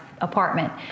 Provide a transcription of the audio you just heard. apartment